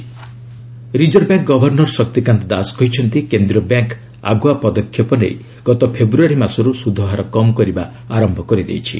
RBI reserve bank governor Shaktikanta Das କହିଛନ୍ତି କେନ୍ଦ୍ରୀୟ bank ଆଗୁଆ ପଦକ୍ଷେପ ନେଇ ଗତ ଫେବୃୟାରୀ ମାସରୁ ସୁଧହାର କମ୍ କରିବା ଆରମ୍ଭ କରିଦେଇଛି